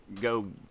go